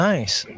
Nice